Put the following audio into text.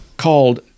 called